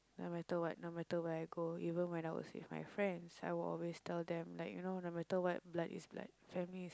no matter what no matter where I go even if I was with my friends I will always tell them like you know no matter what blood is like family is